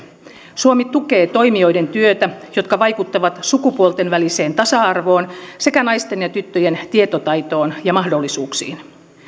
suomi tukee toimijoiden työtä jotka vaikuttavat sukupuolten väliseen tasa arvoon sekä naisten ja tyttöjen tietotaitoon ja mahdollisuuksiin